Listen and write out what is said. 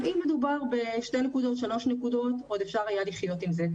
אם היה מדובר בשתיים או שלוש נקודות עוד אפשר היה לחיות עם זה,